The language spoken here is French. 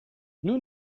nous